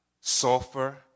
sulfur